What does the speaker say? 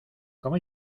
cómo